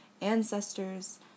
ancestors